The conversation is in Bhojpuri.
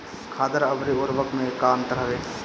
खादर अवरी उर्वरक मैं का अंतर हवे?